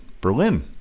Berlin